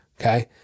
Okay